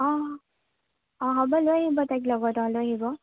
অ অ হ'ব লৈ আহিব তাইক লগত লৈ আহিব